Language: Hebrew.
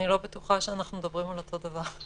לא בטוחה שאנחנו מדברים על אותו דבר.